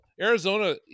arizona